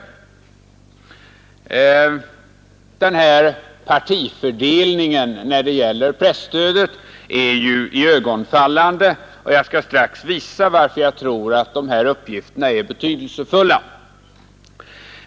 Denna partifördelning när det gäller presstödet är iögonfallande, och jag skall strax visa varför jag tror att dessa uppgifter är betydelsefulla.